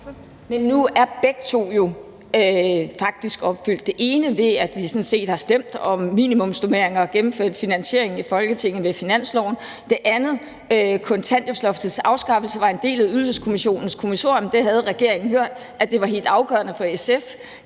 nu er begge to jo faktisk opfyldt: det ene, ved at vi sådan set har stemt om minimumsnormeringer og gennemført finansieringen i Folketinget ved finansloven, og det andet, kontanthjælpsloftets afskaffelse, var en del af Ydelseskommissionens kommissorium. Det havde regeringen hørt var helt afgørende for SF.